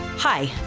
Hi